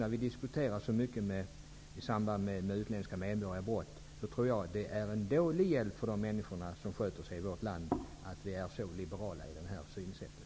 När vi diskuterar utländska medborgares brott, vill jag betona att det är dålig hjälp för de människor som sköter sig i vårt land att vi har ett så liberalt synsätt -- tyvärr.